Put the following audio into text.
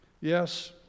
Yes